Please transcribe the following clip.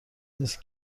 نیست